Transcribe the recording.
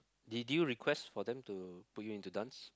did you request for them to put you into dance